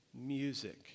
music